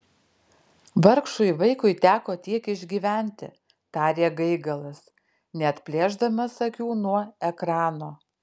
vargšui vaikui teko tiek išgyventi tarė gaigalas neatplėšdamas akių nuo ekrano